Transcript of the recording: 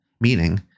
meaning